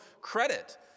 credit